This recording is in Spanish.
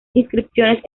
inscripciones